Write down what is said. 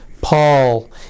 Paul